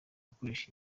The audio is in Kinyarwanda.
gukoresha